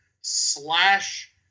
slash